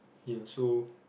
ya so